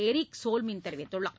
Eric Solheim தெரிவித்துள்ளார்